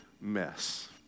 mess